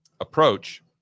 approach